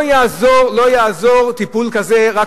לא יעזור רק טיפול נקודתי.